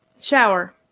shower